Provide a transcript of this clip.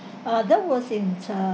uh that was in uh